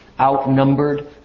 outnumbered